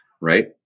Right